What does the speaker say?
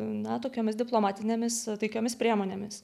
na tokiomis diplomatinėmis taikiomis priemonėmis